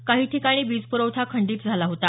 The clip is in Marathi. काही ठिकाणी वीज पूरवठा खंडीत झाला होता